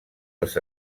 els